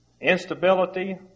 instability